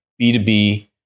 b2b